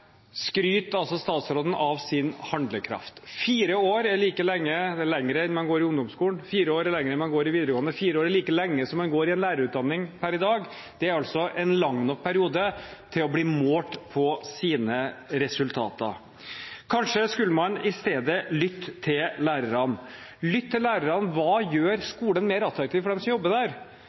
skryter altså statsråden av sin handlekraft. Fire år er lenger enn man går i ungdomsskolen, fire år er lenger enn man går i videregående skole, fire år er like lenge som man går i en lærerutdanning per i dag. Det er altså en lang nok periode til å bli målt på sine resultater. Kanskje skulle man i stedet lytte til lærerne: Hva gjør skolen mer attraktiv for dem som jobber der?